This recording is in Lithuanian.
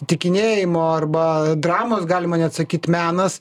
įtikinėjimo arba dramos galima net sakyt menas